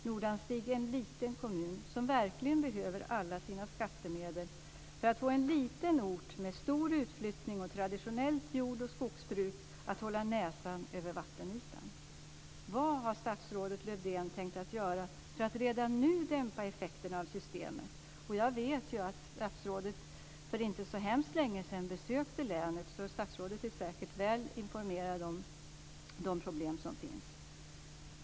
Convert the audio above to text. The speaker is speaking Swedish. Nordanstig är en liten kommun, som verkligen behöver alla sina skattemedel, för att få en liten ort med stor utflyttning och traditionellt jord och skogsbruk att hålla näsan över vattenytan. Vad har statsrådet Lövdén tänkt göra för att redan nu dämpa effekterna av systemet? Jag vet att statsrådet för inte så länge sedan besökte länet, så statsrådet är säkert väl informerad om de problem som finns.